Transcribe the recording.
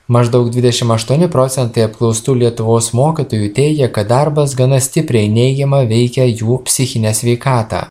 maždaug dvidešim aštuoni procentai apklaustų lietuvos mokytojų teigia kad darbas gana stipriai neigiamai veikia jų psichinę sveikatą